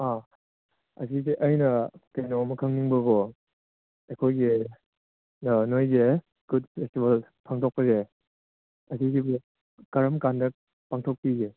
ꯑꯥ ꯑꯁꯤꯖꯦ ꯑꯩꯅ ꯀꯩꯅꯣꯝꯃ ꯈꯪꯅꯤꯡꯕꯀꯣ ꯑꯩꯈꯣꯏꯒꯤ ꯅꯣꯏꯒꯤ ꯀꯨꯠ ꯐꯦꯁꯇꯤꯕꯦꯜ ꯄꯥꯡꯊꯣꯛꯄꯁꯦ ꯑꯁꯤꯒꯤꯁꯦ ꯀꯔꯝꯀꯥꯟꯗ ꯄꯥꯡꯊꯣꯛꯄꯤꯒꯦ